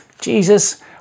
Jesus